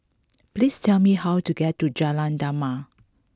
please tell me how to get to Jalan Damai